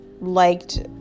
liked